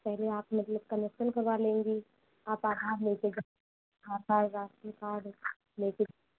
पहले आप मतलब कनेक्सन करवा लेंगी आप आधार लेकर आधार राशन कार्ड लेकर